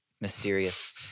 mysterious